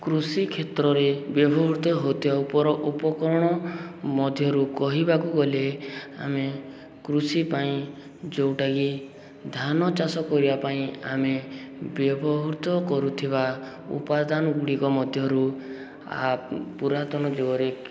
କୃଷି କ୍ଷେତ୍ରରେ ବ୍ୟବହୃତ ହଉଥିବା ଉପ ଉପକରଣ ମଧ୍ୟରୁ କହିବାକୁ ଗଲେ ଆମେ କୃଷି ପାଇଁ ଯେଉଁଟା କି ଧାନ ଚାଷ କରିବା ପାଇଁ ଆମେ ବ୍ୟବହୃତ କରୁଥିବା ଉପାଦାନଗୁଡ଼ିକ ମଧ୍ୟରୁ ପୁରାତନ ଯୁଗରେ